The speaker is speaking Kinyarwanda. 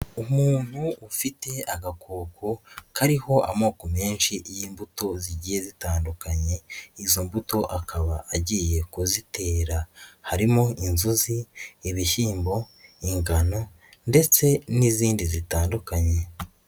Umuntu ufite agakoko kariho amoko menshi y'imbuto zigiye zitandukanye, izo mbuto akaba agiye kuzitera, harimo inzuzi, ibishyimbo, ingano, ndetse n'izindi zitandukanye.